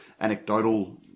anecdotal